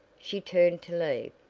she turned to leave.